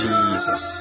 Jesus